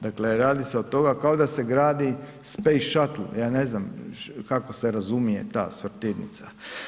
Dakle, radi se od toga kao da se gradi Space Shuttle ja ne znam kako se razumije ta sortirnica.